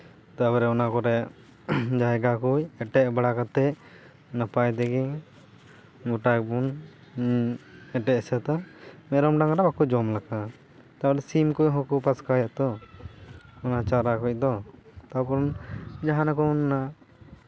ᱛᱟᱨᱯᱚᱨᱮ ᱚᱱᱟ ᱠᱚᱨᱮᱜ ᱡᱟᱭᱜᱟ ᱠᱚ ᱮᱴᱮᱫ ᱵᱟᱲᱟ ᱠᱟᱛᱮᱜ ᱱᱟᱯᱟᱭ ᱛᱮᱜᱮ ᱜᱳᱴᱟ ᱜᱮᱵᱚᱱ ᱮᱴᱮᱫ ᱥᱟᱹᱛᱟ ᱢᱮᱨᱚᱢ ᱰᱟᱝᱨᱟ ᱵᱟᱠᱚ ᱡᱚᱢ ᱞᱮᱠᱟ ᱟᱨ ᱥᱤᱢ ᱠᱚᱦᱚᱸ ᱠᱚ ᱯᱟᱥᱠᱟᱭ ᱟᱛᱚ ᱚᱱᱟ ᱪᱟᱨᱟ ᱠᱚᱫᱚ ᱛᱟᱨᱯᱚᱨ ᱡᱟᱦᱟᱸ ᱨᱮᱵᱚᱱ